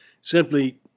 Simply